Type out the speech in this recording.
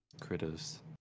critters